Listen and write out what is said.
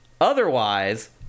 Otherwise